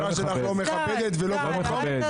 שהאמירה שלך לא מכבדת ולא במקום.